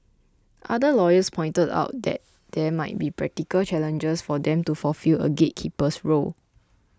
other lawyers pointed out that there might be practical challenges for them to fulfil a gatekeeper's role